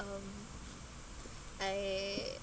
um I